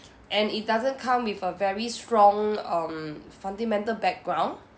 and it doesn't come with a very strong um fundamental background